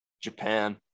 Japan